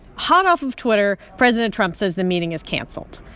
hot off of twitter, president trump says the meeting is canceled.